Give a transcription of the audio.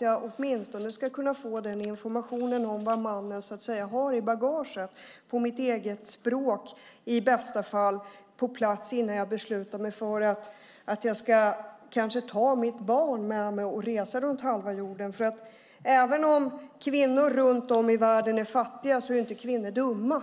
jag åtminstone kunna få information om vad mannen har i bagaget på mitt eget språk, i bästa fall på plats innan jag beslutar mig för att jag ska ta mitt barn med mig och resa runt halva jorden. Även om kvinnor runt om i världen är fattiga är de inte dumma.